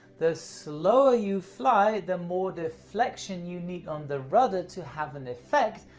the slower you fly the more deflection you need on the rudder to have an effect,